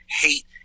hate